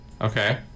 Okay